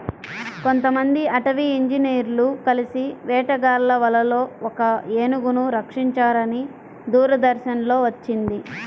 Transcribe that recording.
కొంతమంది అటవీ ఇంజినీర్లు కలిసి వేటగాళ్ళ వలలో ఒక ఏనుగును రక్షించారని దూరదర్శన్ లో వచ్చింది